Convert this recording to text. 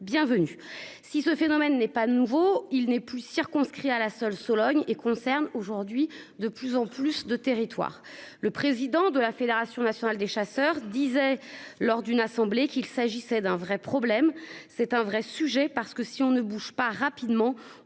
Bienvenue. Si ce phénomène n'est pas nouveau, il n'est plus circonscrit à la seule Sologne et concerne aujourd'hui de plus en plus de territoire. Le président de la Fédération nationale des chasseurs disait lors d'une assemblée qu'il s'agissait d'un vrai problème, c'est un vrai sujet, parce que si on ne bouge pas rapidement,